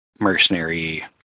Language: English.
mercenary